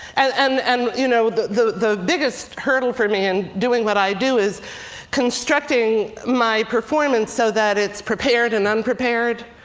and and you know the the biggest hurdle for me, in doing what i do, is constructing my performance so that it's prepared and unprepared.